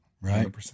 Right